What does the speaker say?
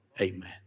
Amen